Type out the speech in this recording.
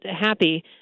happy